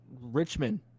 Richmond